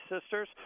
sisters